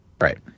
Right